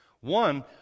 One